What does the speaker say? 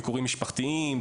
ביקורים משפחתיים,